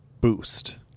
boost